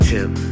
Tip